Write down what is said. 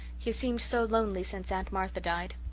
he has seemed so lonely since aunt martha died.